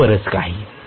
आणि बरेच काही